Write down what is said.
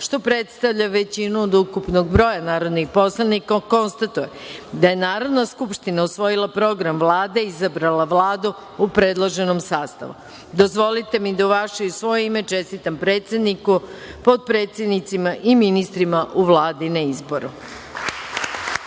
što predstavlja većinu od ukupnog broja narodnih poslanika, konstatujem da je Narodna skupština usvojila program Vlade i izabrala Vladu u predloženom sastavu. Dozvolite mi da u vaše i svoje ime čestitam predsedniku, potpredsednicima i ministrima u Vladi na izboru. Narodni